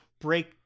break